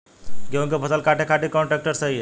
गेहूँ के फसल काटे खातिर कौन ट्रैक्टर सही ह?